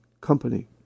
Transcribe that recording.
company